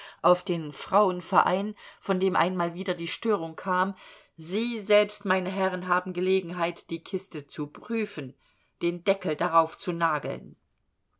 auf den frauenverein von dem einmal wieder die störung kam sie selbst meine herren haben gelegenheit die kiste zu prüfen den deckel daraufzunageln